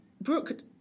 Brooke